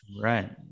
Right